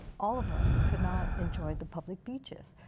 all of us could not enjoy the public beaches.